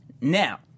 Now